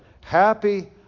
Happy